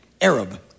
Arab